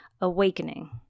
awakening